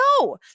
No